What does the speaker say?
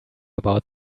about